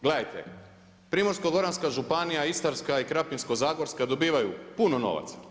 Gledajte, Primorsko-goranska županija, Istarska i Krapinsko-zagorska dobivaju puno novaca.